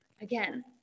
again